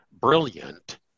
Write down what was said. brilliant